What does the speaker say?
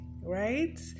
right